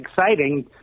exciting